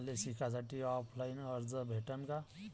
मले शिकासाठी ऑफलाईन कर्ज भेटन का?